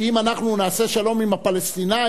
שאם אנחנו נעשה שלום עם הפלסטינים,